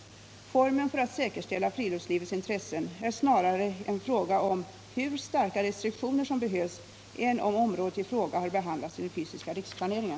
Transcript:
Formen för att säkerställa friluftslivets intressen är snarare en fråga om hur starka restriktioner som behövs än om området i fråga har behandlats i den fysiska riksplaneringen.